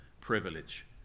privilege